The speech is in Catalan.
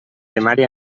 temari